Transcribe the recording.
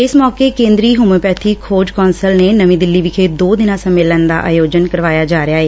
ਇਸ ਮੌਕੇ ਕੇਂਦਰੀ ਹੋਮਿਓਪੈਥੀ ਖੋਜ ਕੌਂਸਲ ਨੇ ਨਵੀਂ ਦਿੱਲੀ ਵਿਖੇ ਦੋ ਇਨ੍ਹਾਂ ਸੰਮੇਲਨ ਦਾ ਆਯੋਜਨ ਕਰਵਾਇਆ ਜਾ ਰਿਹੈ